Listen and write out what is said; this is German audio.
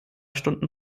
stunden